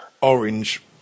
orange